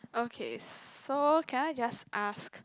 okay so can I just ask